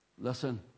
listen